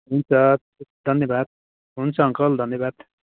हुन्छ धन्यवाद हुन्छ अङ्कल धन्यवाद